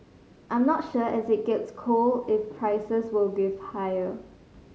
I'm not sure as it gets cold if prices will go higher